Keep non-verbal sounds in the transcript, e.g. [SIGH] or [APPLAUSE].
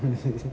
[LAUGHS]